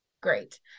Great